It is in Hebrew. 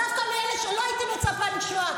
את דווקא מאלה שלא הייתי מצפה לשמוע.